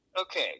Okay